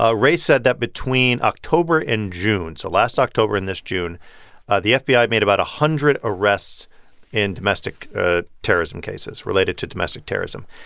ah wray said that between october and june so last october and this june the fbi made about a hundred arrests in domestic ah terrorism cases related to domestic terrorism.